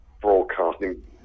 broadcasting